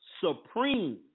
supreme